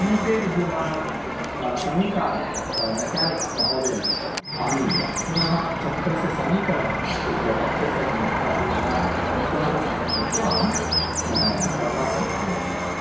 समीपे विद्यमान समीकारं मेकानिक् महोदयम् आनीय पुनः चक्रस्य समीकरणं कृत्वा पङ्चर् सर्वं निष्कास्य निवारणं कृत्वा पुनः सम्यक् कृत्वा अहं मम प्रवासम् अनुवर्तितवान्